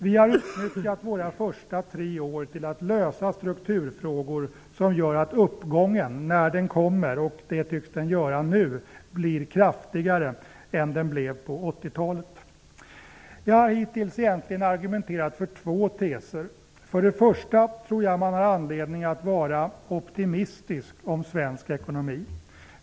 Vi har utnyttjat våra första tre år till att lösa strukturfrågor som gör att uppgången, när den kommer och det tycks den göra nu, blir kraftigare än den blev på 80-talet. Jag har hittills egentligen argumenterat för två teser. För det första tror jag att vi har anledning att vara optimistiska om svensk ekonomi.